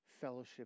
fellowship